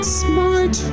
smart